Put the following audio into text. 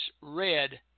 red